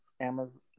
Amazon